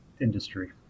industry